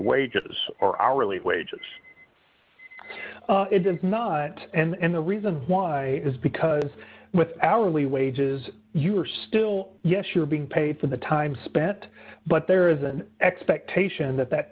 wages or hourly wages it does not and the reason why is because with hourly wages you are still yes you're being paid for the time spent but there is an expectation that that